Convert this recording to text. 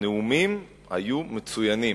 הנאומים היו מצוינים,